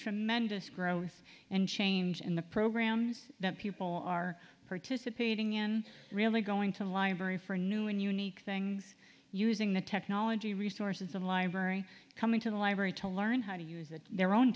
tremendous growth and change in the programs that people are participating in really going to the library for a new and unique things using the technology resources of the library coming to the library to learn how to use it their own